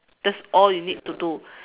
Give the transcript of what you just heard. that's all you need to do